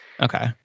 okay